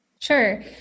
Sure